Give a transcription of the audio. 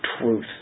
truth